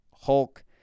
hulk